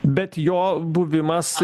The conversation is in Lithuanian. bet jo buvimas